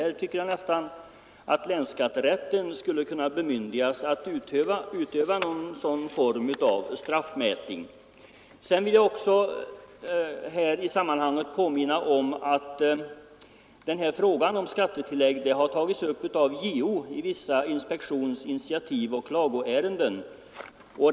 Här tycker jag att länsskatterätten skulle kunna få bemyndigande att utöva någon form av straffmätning. Sedan vill jag i sammanhanget påminna om att frågan om skattetillägg har tagits upp av JO i avdelningen Vissa inspektions-, initiativoch klagoärenden.